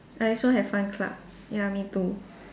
I also have fun club ya me too